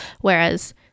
Whereas